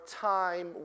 time